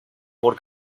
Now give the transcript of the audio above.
por